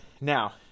Now